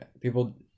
people